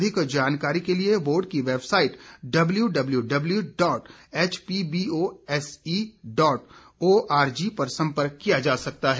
अधिक जानकारी के लिए बोर्ड की website W W W W dot HPBOSE dot ORG पर सम्पर्क किया जा सकता है